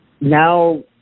now